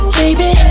baby